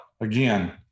again